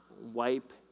wipe